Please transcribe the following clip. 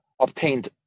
obtained